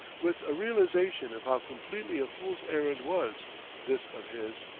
with a realization of how completely a fool's errand was this of his.